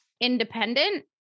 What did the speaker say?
independent